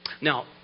Now